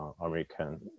American